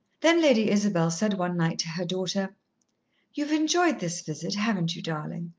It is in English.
then lady isabel said one night to her daughter you've enjoyed this visit, haven't you, darlin'?